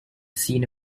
scene